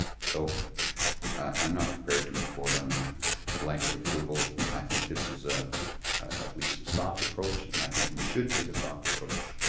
so i'm not prepared to move forward on a blanket approval. i think this is ah at least a soft approach and i think we should take a soft approach.